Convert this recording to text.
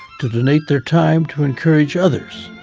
to donate their time to encourage others.